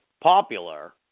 popular